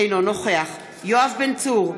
אינו נוכח יואב בן צור,